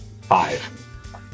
Five